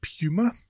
Puma